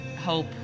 Hope